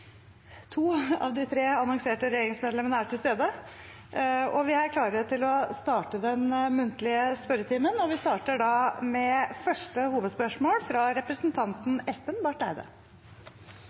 To av de tre annonserte regjeringsmedlemmene er til stede, og vi er klare til å starte den muntlige spørretimen. Vi starter da med første hovedspørsmål, fra representanten Espen Barth Eide.